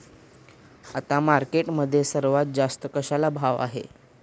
आता मार्केटमध्ये सर्वात जास्त कशाला भाव आहे?